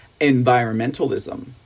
environmentalism